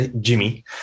Jimmy